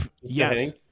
Yes